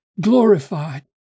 glorified